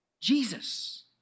Jesus